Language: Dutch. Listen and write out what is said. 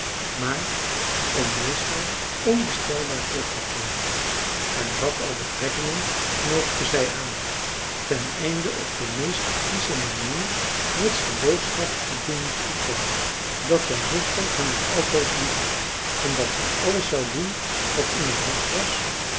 maar om meestal onbestelbaar terug te keeren en wat al betrekkingen knoopte zij aan ten einde op de meest kiesche manier frits de boodschap te doen toekomen dat zijn zuster hem nog altoos liefhad en dat zij alles zou doen wat in haar macht was